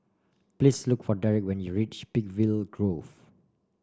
please look for Derik when you reach Peakville Grove